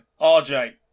RJ